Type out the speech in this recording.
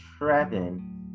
Trevin